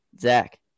Zach